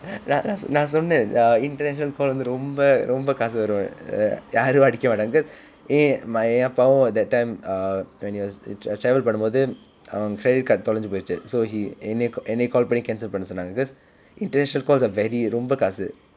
நான் நான் சொன்னேன்:naan naan sonen uh international call வந்து ரொம்ப ரொம்ப காசு வரும்ன்னு யாரும் அடிக்க மாட்டாங்க:vanthu romba romba kaasu varumnnu yaarum adikka maattaanga cause eh my அப்பாவும்:appaavum that time uh when he was travel பண்ணும் போது அவங்க:pannum pothu avnga credit card துளைத்து போயிட்டு:thulainthu poyittu so he என்னை என்னை:ennai ennai call பண்ணி:panni cancel பண்ண சொன்னாங்க:panna sonnaanga cause international calls are very ரொம்ப காசு:romba kaasu